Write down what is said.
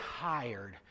tired